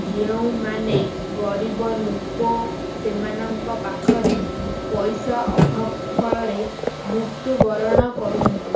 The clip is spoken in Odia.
ଯେଉଁମାନେ ଗରିବ ଲୋକ ସେମାନଙ୍କ ପାଖରେ ପଇସା ଅଭାବ ଫଳରେ ମୃତ୍ୟୁବରଣ କରୁଛନ୍ତି